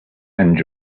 and